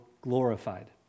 glorified